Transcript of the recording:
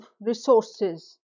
resources